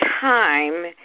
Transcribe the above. time